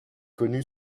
connu